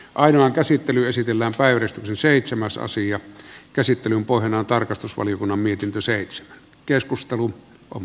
ainoan käsittely esitellään päivä seitsemäs asian käsittelyn pohjana on tarkastusvaliokunnan mietintö seits keskustelu on